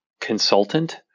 consultant